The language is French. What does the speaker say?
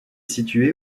située